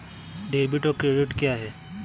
Debit और credit क्या है?